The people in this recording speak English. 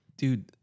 Dude